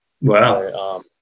Wow